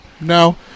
no